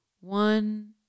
one